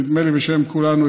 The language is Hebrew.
נדמה לי בשם כולנו,